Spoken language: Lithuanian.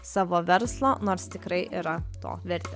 savo verslo nors tikrai yra to verti